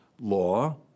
law